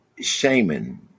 shaman